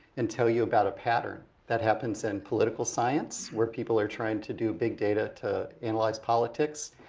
and tell you about a pattern. that happens in political science, where people are trying to do big data to analyze politics.